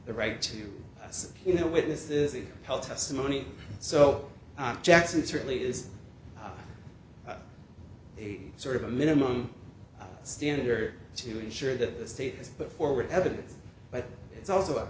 the right to say you know witnesses it tell testimony so jackson certainly is a sort of a minimum standard to ensure that the state has put forward evidence but it's also up